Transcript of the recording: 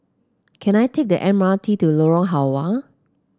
can I take the M R T to Lorong Halwa